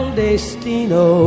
destino